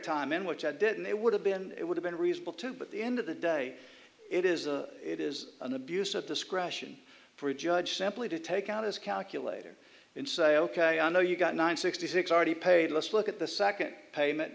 time in which i didn't it would have been it would have been reasonable too but the end of the day it is a it is an abuse of discretion for a judge simply to take out his calculator and say ok i know you've got nine sixty six already paid let's look at the second payment